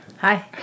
Hi